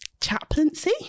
chaplaincy